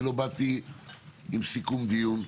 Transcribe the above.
אני לא באתי עם סיכום דיון,